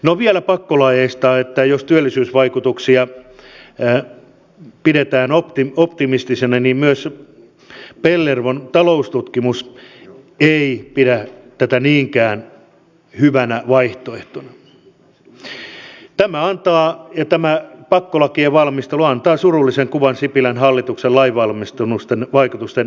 no vielä suuntaa suomen kannalta hyvänä ja suotavana suuntana vai olisiko tämä ikään kuin entisten aikojen kriisinhallintamalli pitkäjänteinen osallistuminen operaatioihin ja johtovaltiorooli siellä parempi suomen kannalta asioita katsottuna